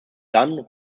dan